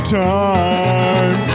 time